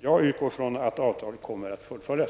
Jag utgår från att avtalet kommer att fullföljas.